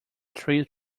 three